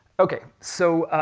okay, so,